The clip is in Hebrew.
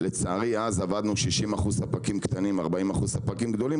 לצערי אז עבדנו כ-60% ספקים קטנים וכ-40% ספקים גדולים,